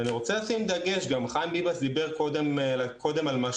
ואני רוצה לשים דגש וגם חיים ביבס דיבר קודם על משאבים